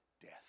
death